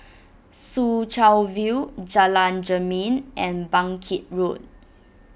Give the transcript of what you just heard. Soo Chow View Jalan Jermin and Bangkit Road